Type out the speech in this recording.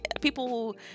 people